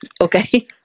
Okay